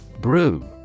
Brew